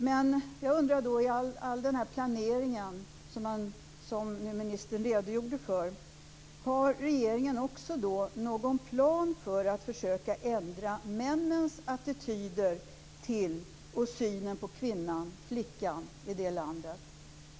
Men med tanke på all den planering som ministern nyss redogjorde för undrar jag om regeringen också har en plan för att försöka ändra männens attityder till och syn på kvinnan, flickan, i det landet.